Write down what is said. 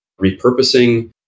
repurposing